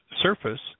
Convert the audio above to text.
surface